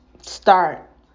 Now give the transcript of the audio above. start